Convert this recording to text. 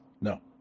No